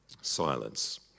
Silence